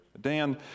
Dan